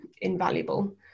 invaluable